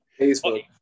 Facebook